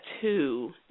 two